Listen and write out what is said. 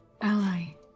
ally